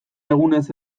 egunez